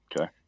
Okay